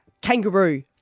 Kangaroo